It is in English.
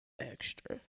extra